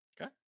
Okay